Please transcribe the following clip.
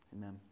Amen